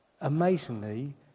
amazingly